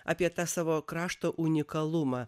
apie savo krašto unikalumą